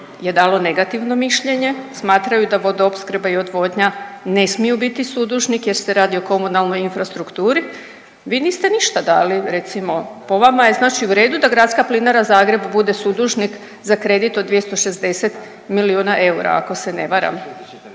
je dalo negativno mišljenje, smatraju da Vodoopskrba i Odvodnja ne smiju biti sudužnik jer se radi o komunalnoj infrastrukturi, vi niste ništa dali recimo. Po vama je znači u redu da Gradska plinara Zagreb bude sudužnik za kredit od 260 milijuna eura ako se ne varam?